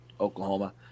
Oklahoma